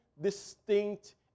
distinct